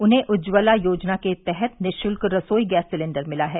उन्हें उज्ज्वला योजना के तहत निःशुल्क रसोई गैस सिलेण्डर मिला है